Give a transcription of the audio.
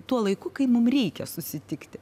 tuo laiku kai mum reikia susitikti